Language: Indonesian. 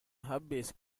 habis